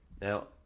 Now